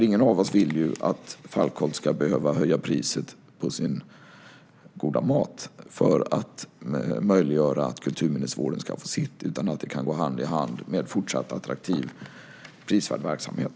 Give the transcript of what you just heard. Ingen av oss vill ju att Falkholts ska behöva höja priset på sin goda mat för att möjliggöra att kulturminnesvården ska få sitt, utan att detta kan gå hand i hand med fortsatt attraktiv och prisvärd verksamhet.